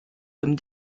comme